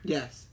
Yes